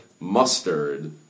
mustard